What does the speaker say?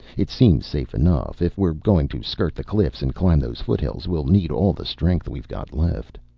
it seems safe enough. if we're going to skirt the cliffs and climb those foothills, we'll need all the strength we've got left.